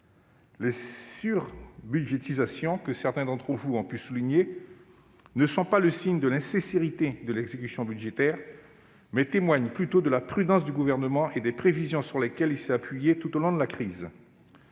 Les surbudgétisations, que certains d'entre vous ont pu souligner, ne sont pas le signe de l'insincérité de l'exécution budgétaire, elles témoignent plutôt de la prudence du Gouvernement et des prévisions sur lesquelles il s'est appuyé tout au long de la crise.